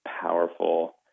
powerful